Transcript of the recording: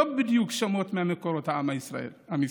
לא בדיוק שמות ממקורות עם ישראל.